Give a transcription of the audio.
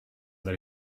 that